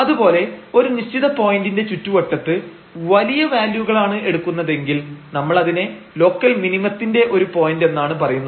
അത് പോലെ ഒരു നിശ്ചിത പോയന്റിന്റെ ചുറ്റുവട്ടത്ത് വലിയ വാല്യൂകളാണ് എടുക്കുന്നതെങ്കിൽ നമ്മൾ അതിനെ ലോക്കൽ മിനിമത്തിന്റെ ഒരു പോയന്റ് എന്നാണ് പറയുന്നത്